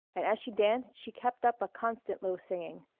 and as she danced she kept up a constant low singing.